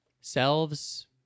selves